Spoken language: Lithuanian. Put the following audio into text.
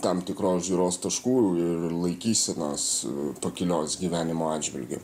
tam tikros žiūros taškų ir laikysenos pakilios gyvenimo atžvilgiu